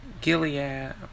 Gilead